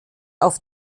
auf